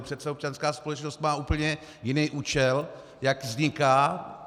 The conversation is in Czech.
Přece občanská společnost má úplně jiný účel, jak vzniká.